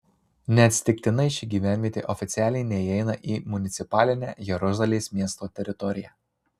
neatsitiktinai ši gyvenvietė oficialiai neįeina į municipalinę jeruzalės miesto teritoriją